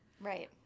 Right